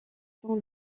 sont